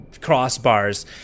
crossbars